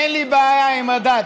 אין לי בעיה עם הדת.